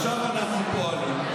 אז עכשיו אנחנו פועלים.